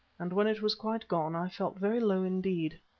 and when it was quite gone, i felt very low indeed.